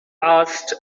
asked